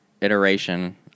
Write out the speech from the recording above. iteration